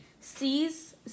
sees